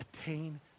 attain